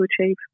achieve